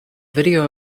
video